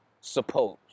Suppose